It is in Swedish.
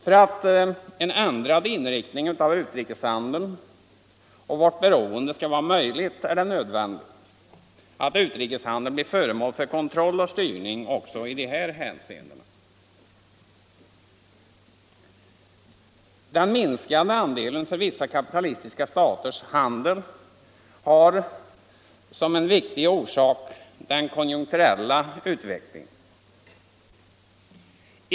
För att en ändrad inriktning av utrikeshandeln —- och vårt beroende — skall vara möjlig är det nödvändigt att utrikeshandeln blir föremål för kontroll och styrning också i dessa hänseenden. Den minskade andelen för vissa kapitalistiska staters handel har som en viktig orsak den konjunkturella utvecklingen.